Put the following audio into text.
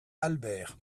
albert